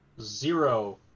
zero